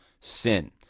sin